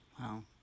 Wow